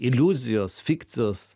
iliuzijos fikcijos